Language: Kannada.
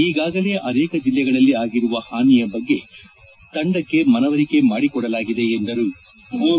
ಈಗಾಗಲೇ ಅನೇಕ ಜಲ್ಲೆಗಳಲ್ಲಿ ಆಗಿರುವ ಹಾನಿಯ ಬಗ್ಗೆ ತಂಡಕ್ಕೆ ಮನವರಿಕೆ ಮಾಡಿಕೊಡಲಾಗಿದೆ ಎಂದರು